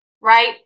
right